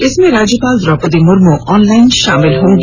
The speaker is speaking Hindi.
इसमें राज्यपाल द्रौपदी मुम्नू ऑनलाइन शामिल होंगी